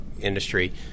industry